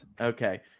Okay